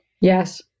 Yes